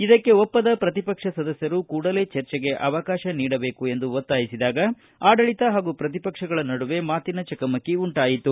ಇದಕ್ಕೆ ಒಪ್ಪದ ಪ್ರತಿಪಕ್ಷ ಸದಸ್ಯರು ಕೂಡಲೇ ಚರ್ಚೆಗೆ ಅವಕಾಶ ನೀಡಬೇಕು ಎಂದು ಒತ್ತಾಯಿಸಿದಾಗ ಆಡಳಿತ ಹಾಗೂ ಪ್ರತಿಪಕ್ಷಗಳ ನಡುವೆ ಮಾತಿನ ಚಕಮಕಿ ಉಂಟಾಯಿತು